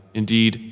indeed